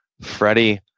Freddie